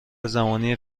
زمانی